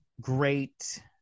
great